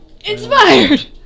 Inspired